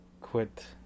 quit